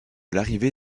l’arrivée